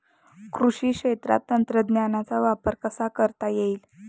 कृषी क्षेत्रात तंत्रज्ञानाचा वापर कसा करता येईल?